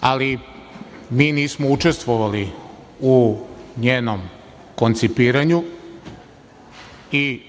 ali mi nismo učestvovali u njenom koncipiranju i